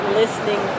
listening